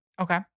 Okay